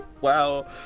wow